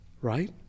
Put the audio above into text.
right